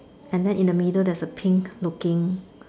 and then in the middle there's a pink looking